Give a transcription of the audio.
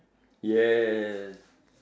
yes